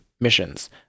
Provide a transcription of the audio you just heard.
missions